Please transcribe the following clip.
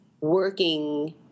working